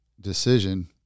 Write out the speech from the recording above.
decision